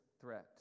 threat